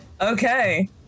Okay